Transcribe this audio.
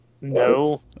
No